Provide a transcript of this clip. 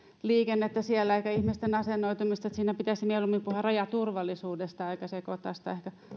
liikennettä siellä eikä ihmisten asennoitumista siinä pitäisi mieluummin puhua rajaturvallisuudesta eikä ehkä sekoittaa sitä